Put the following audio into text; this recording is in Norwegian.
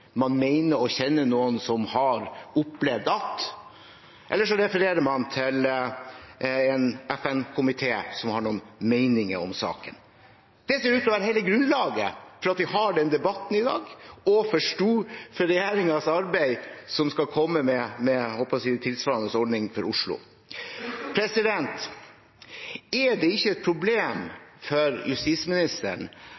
man mener å kjenne noen som har opplevd at – eller så refererer man til en FN-komité som har noen meninger om saken. Det ser ut til å være hele grunnlaget for at vi har den debatten i dag, og for regjeringens arbeid, et arbeid som skal komme med – jeg holdt på å si – tilsvarende ordning for Oslo. Er det ikke et problem